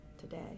today